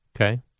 Okay